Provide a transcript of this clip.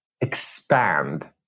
expand